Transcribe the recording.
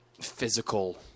physical